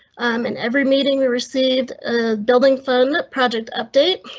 in every meeting we received building phone project update.